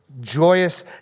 Joyous